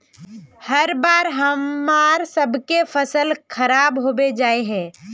हर बार हम्मर सबके फसल खराब होबे जाए है?